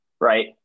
right